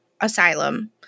asylum